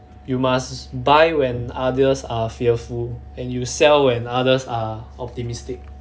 you must buy when others are fearful and you sell when others are optimistic